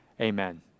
amen